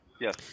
yes